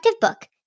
book